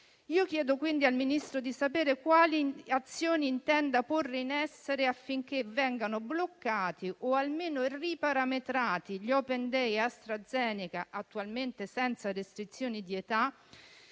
Chiedo quindi al Ministro di sapere quali azioni intenda porre in essere affinché vengano bloccati o almeno riparametrati gli *open day* AstraZeneca, attualmente senza restrizioni di età,